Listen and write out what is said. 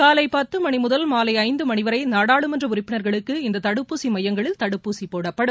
காலை பத்து மணி முதல் மாலை ஐந்து மணிவரை நாடாளுமன்ற உறுப்பினர்களுக்கு இந்த தடுப்பூசி மையங்களில் தடுப்பூசி போடப்படும்